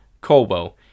Colwell